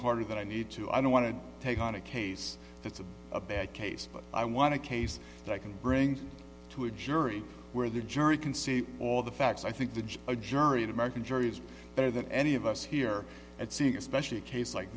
harder than i need to i don't want to take on a case that's a bad case but i want a case that i can bring to a jury where the jury can see all the facts i think the judge a jury of american juries better than any of us here and seeing especially a case like